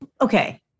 Okay